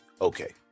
okay